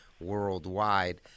worldwide